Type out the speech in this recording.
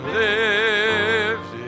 lives